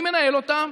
מי מנהל אותם?